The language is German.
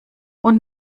und